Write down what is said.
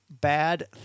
Bad